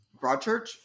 Broadchurch